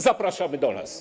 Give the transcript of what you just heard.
Zapraszamy do nas.